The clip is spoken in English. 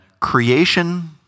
creation